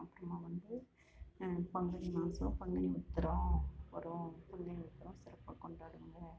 அப்புறமா வந்து பங்குனி மாதம் பங்குனி உத்திரம் வரும் சிறப்பாக கொண்டாடுவாங்க